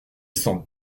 sent